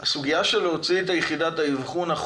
מהקשר בין מה שאתם רוצים לעשות לבין החלק